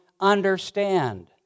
understand